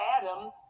Adam